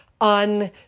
on